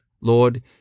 Lord